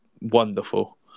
wonderful